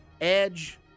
edge